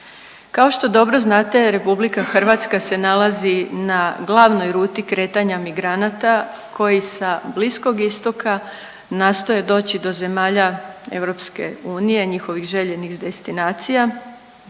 Kao što dobro znate RH se nalazi na glavnoj ruti kretanja migranata koji sa Bliskog Istoka nastoje doći do zemalja EU, njihovih željenih destinacija.